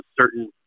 certain